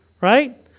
right